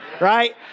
right